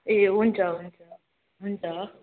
ए हुन्छ हुन्छ हुन्छ